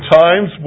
times